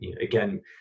again